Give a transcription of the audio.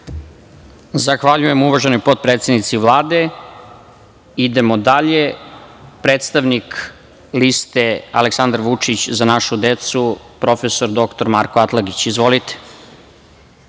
Zahvaljujem uvaženoj potpredsednici Vlade. Sledeći je predstavnik liste Aleksandar Vučić – Za našu decu, prof. dr Marko Atlagić. Izvolite.